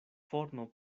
forno